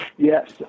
Yes